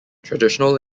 traditional